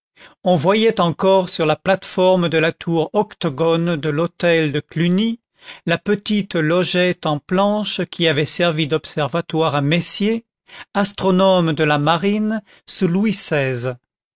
on voyait encore sur la plate-forme de la tour octogone de l'hôtel de cluny la petite logette en planches qui avait servi d'observatoire à messier astronome de la marine sous louis